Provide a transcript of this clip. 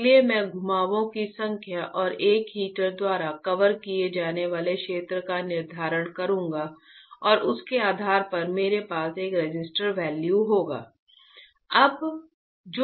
इसलिए मैं घुमावों की संख्या और एक हीटर द्वारा कवर किए जाने वाले क्षेत्र का निर्धारण करूंगा और उसके आधार पर मेरे पास एक रेसिस्टर वैल्यू होगा